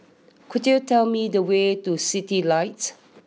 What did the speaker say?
could you tell me the way to Citylights